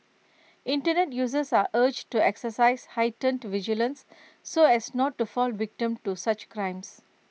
Internet users are urged to exercise heightened vigilance so as not to fall victim to such crimes